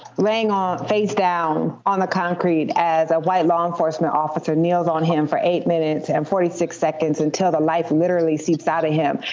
laying face down on the concrete as a white law enforcement officer kneels on him for eight minutes and forty six seconds until the life literally seeps outta him.